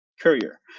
courier